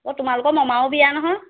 অঁ তোমালোকৰ মামাৰো বিয়া নহয়